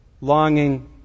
longing